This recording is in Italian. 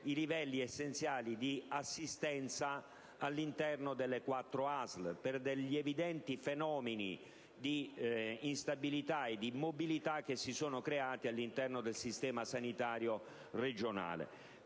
i livelli essenziali di assistenza all'interno delle quattro ASL, per evidenti fenomeni di instabilità e di mobilità che si sono creati all'interno del sistema sanitario regionale.